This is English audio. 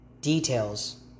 details